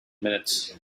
minutes